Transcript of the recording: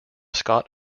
scott